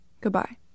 Goodbye